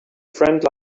friend